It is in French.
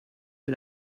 est